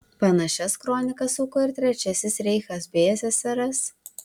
panašias kronikas suko ir trečiasis reichas bei ssrs